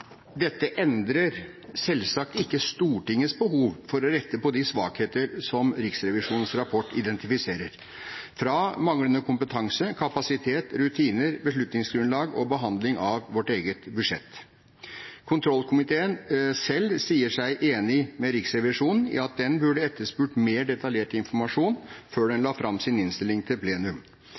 Dette endrer selvsagt ikke Stortingets behov for å rette på de svakheter som Riksrevisjonens rapport identifiserer, fra manglende kompetanse til kapasitet, rutiner, beslutningsgrunnlag og behandling av vårt eget budsjett. Kontrollkomiteen selv sier seg enig med Riksrevisjonen i at den burde etterspurt mer detaljert informasjon før den la fram sin innstilling til plenum,